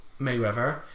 Mayweather